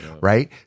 right